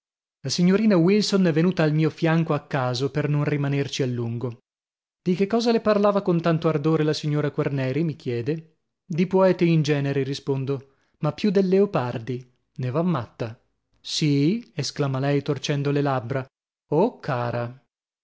la signorina wilson è venuta al mio fianco a caso e per non rimanerci a lungo di che cosa le parlava con tanto ardore la signora quarneri mi chiede di poeti in genere rispondo ma più del leopardi ne va matta sì esclama lei torcendo le labbra oh cara